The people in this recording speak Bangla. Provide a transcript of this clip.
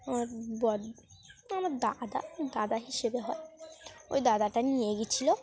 আমার ব আমার দাদা দাদা হিসেবে হয় ওই দাদাটা নিয়ে গিয়েছিল